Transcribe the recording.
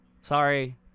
Sorry